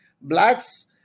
blacks